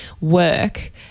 work